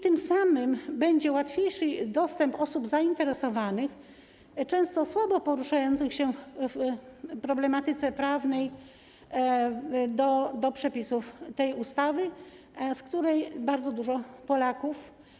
Tym samym będzie łatwiejszy dostęp osób zainteresowanych, często słabo poruszających się w problematyce prawnej, do przepisów tej ustawy, z której korzysta bardzo dużo Polaków.